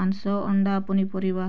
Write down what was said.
ମାଂସ ଅଣ୍ଡା ପନିପରିବା